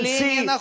see